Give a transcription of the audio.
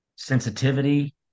Sensitivity